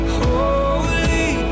holy